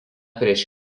prieš